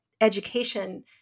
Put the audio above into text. education